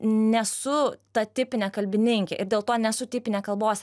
nesu ta tipinė kalbininkė ir dėl to nesu tipinė kalbos